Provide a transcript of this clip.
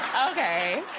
okay.